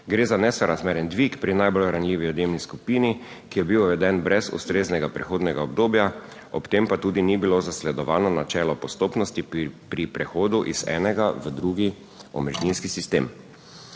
Gre za nesorazmeren dvig pri najbolj ranljivi odjemni skupini, ki je bil uveden brez ustreznega prehodnega obdobja, ob tem pa tudi ni bilo zasledovano načelo postopnosti pri prehodu iz enega v drugi omrežninski sistem.